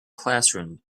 classroom